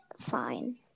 fine